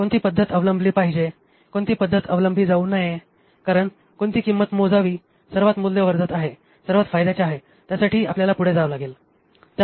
कोणती पद्धत अवलंबली पाहिजे कोणती पद्धत अवलंबली जाऊ नये कारण कोणती किंमत मोजावी सर्वात मूल्यवर्धक आहे सर्वात फायद्याचे आहे त्यासाठी आपल्याला पुढे जावे लागेल